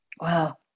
Wow